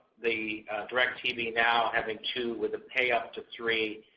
the directv now having two with pay up to three.